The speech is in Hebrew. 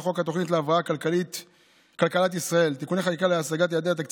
חוק התוכנית להבראת כלכלת ישראל (תיקוני חקיקה להשגת יעדי התקציב